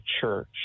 church